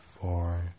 four